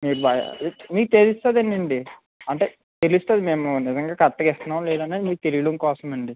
మీరు బయ మీకు తెలుస్తుందని అండి అంటే తెలుస్తుంది మేము నిజంగా కరెక్ట్గా ఇస్తున్నామా లేదా అనేది మీకు తెలీడం కోసమండి